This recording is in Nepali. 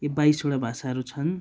यी बाइसवटा भाषाहरू छन्